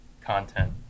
content